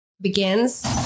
begins